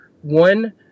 one